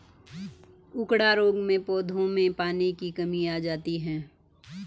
उकडा रोग में पौधों में पानी की कमी आ जाती है